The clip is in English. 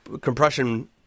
compression